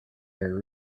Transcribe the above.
air